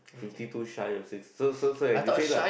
fifty two shy of sixty so so so I say lah